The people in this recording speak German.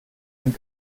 ein